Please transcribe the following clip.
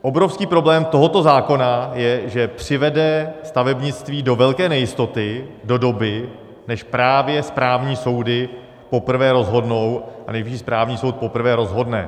Obrovský problém tohoto zákona je, že přivede stavebnictví do velké nejistoty do doby, než právě správní soudy poprvé rozhodnou a Nejvyšší správní soud poprvé rozhodne.